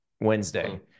Wednesday